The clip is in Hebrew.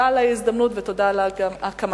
תודה על ההזדמנות ותודה על הקמת האגודה.